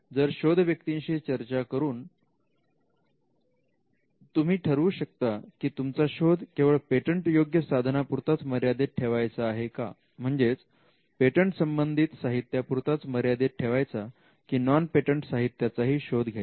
तज्ञ शोध व्यक्तींशी चर्चा करून तुम्ही ठरवू शकता की तुमचा शोध केवळ पेटंटयोग्य साधना पुरताच मर्यादित ठेवायचा आहे का म्हणजेच पेटंट संबंधित साहित्या पुरताच मर्यादित ठेवायचा की नॉन पेटंट साहित्याचाही शोध घ्यायचा